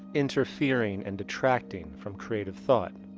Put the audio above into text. interfering and detracting from creative thought.